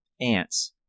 ants